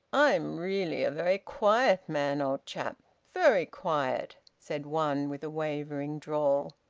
i'm really a very quiet man, old chap, very quiet, said one, with a wavering drawl,